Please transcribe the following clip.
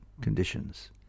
conditions